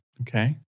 Okay